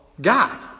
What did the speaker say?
God